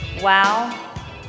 Wow